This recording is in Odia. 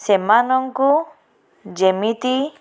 ସେମାନଙ୍କୁ ଯେମିତି